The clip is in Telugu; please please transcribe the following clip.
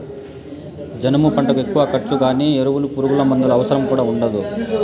జనుము పంటకు ఎక్కువ ఖర్చు గానీ ఎరువులు పురుగుమందుల అవసరం కూడా ఉండదు